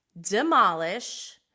demolish